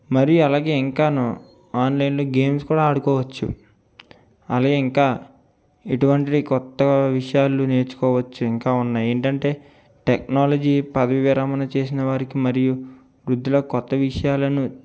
మరి అలాగే ఇంకాను ఆన్లైన్ లో గేమ్స్ కూడా ఆడుకోవచ్చు అలాగే ఇంకా ఎటువంటి కొత్త విషయాలు నేర్చుకోవచ్చు ఇంకా ఉన్నాయి ఏంటంటే టెక్నాలజీ పదవి విరామణ చేసిన వారికి మరియు వృద్ధులకు కొత్త విషయాలను